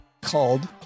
called